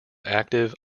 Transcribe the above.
active